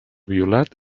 violat